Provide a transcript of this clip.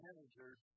Managers